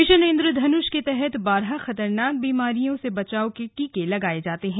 mission Indradhanush के तहत बारह खतरनाक बीमारियों से बचाव के टीके लगाए जाते हैं